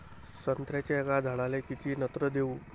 संत्र्याच्या एका झाडाले किती नत्र देऊ?